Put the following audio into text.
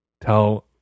tell